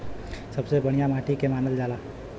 सबसे बढ़िया माटी के के मानल जा?